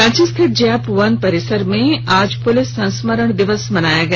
रांची स्थित JAP one परिसर में आज पुलिस संस्मरण दिवस मनाया गया